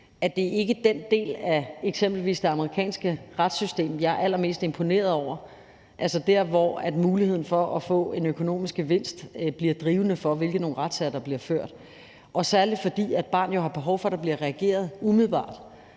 den del af eksempelvis det amerikanske retssystem, jeg er allermest imponeret over – altså der, hvor muligheden for at få en økonomisk gevinst bliver drivende for, hvilke retssager der bliver ført – og særlig fordi et barn jo har behov for, at der bliver reageret umiddelbart,